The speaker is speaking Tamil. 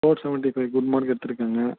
four seventy five good mark எடுத்திருக்காங்க